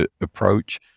approach